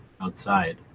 outside